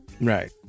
right